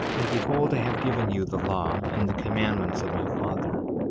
and behold, i have given you the law and the commandments of my father,